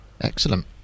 Excellent